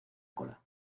cola